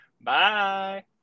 Bye